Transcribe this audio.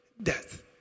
death